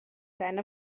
deine